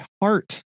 heart